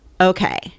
Okay